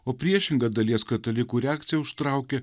o priešinga dalies katalikų reakcija užtraukė